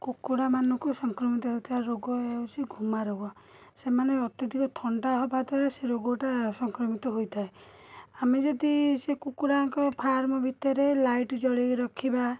କୁକୁଡ଼ାମାନଙ୍କୁ ସଂକ୍ରମିତ ହେଉଥିବା ରୋଗ ହେଉଛି ଘୁମାରୋଗ ସେମାନେ ଅତ୍ୟଧିକ ଥଣ୍ଡା ହେବା ଦ୍ୱାରା ସେ ରୋଗଟା ସଂକ୍ରମିତ ହୋଇଥାଏ ଆମେ ଯଦି ସେ କୁକୁଡ଼ାଙ୍କ ଫାର୍ମ ଭିତରେ ଲାଇଟ୍ ଜଳେଇ ରଖିବା